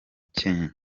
cyenge